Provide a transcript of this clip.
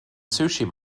sushi